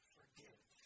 Forgive